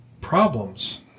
problems